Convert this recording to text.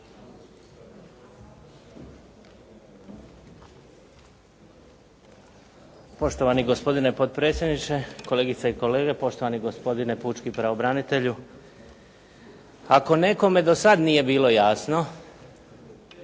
Poštovani gospodine potpredsjedniče, kolegice i kolege, poštovani gospodine pučki pravobranitelju. Ako nekome do sad nije bilo jasno